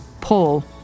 Paul